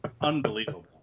Unbelievable